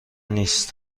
نیست